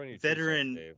veteran